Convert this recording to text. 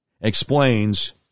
explains